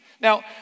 Now